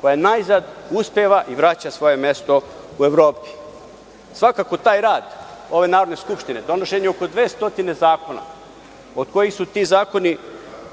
koja najzad uspeva i vraća svoje mesto u Evropi. Svakako taj rad ove Narodne skupštine, donošenje oko 200 zakona, od kojih su ti zakoni